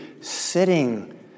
sitting